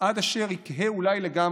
עד אשר יקהה, אולי לגמרי.